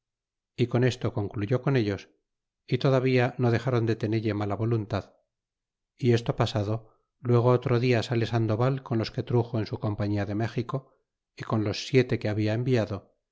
y con esto concluyó con ellos y todavía no dexron de tenelle mala voluntad y esto pasado luego otro dia sale sandoval con los que truxo en su compañía de méxico y con los siete que habla enviado